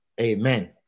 Amen